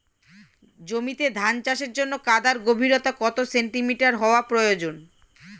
জমিতে ধান চাষের জন্য কাদার গভীরতা কত সেন্টিমিটার হওয়া প্রয়োজন?